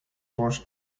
force